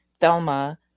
Thelma